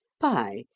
by,